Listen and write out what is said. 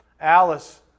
Alice